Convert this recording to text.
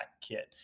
kit